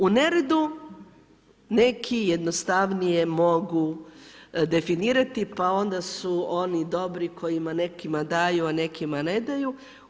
U neredu neki jednostavnije mogu definirati pa onda su oni dobri kojima nekima daju a nekima ne daju.